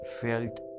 felt